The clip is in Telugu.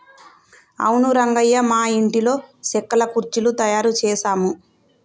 అవును రంగయ్య మా ఇంటిలో సెక్కల కుర్చీలు తయారు చేసాము